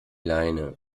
leine